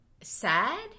Sad